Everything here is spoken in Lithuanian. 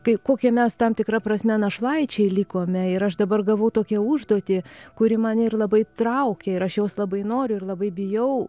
kai kokie mes tam tikra prasme našlaičiai likome ir aš dabar gavau tokią užduotį kuri mane ir labai traukia ir aš jos labai noriu ir labai bijau